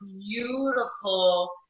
beautiful